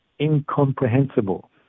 incomprehensible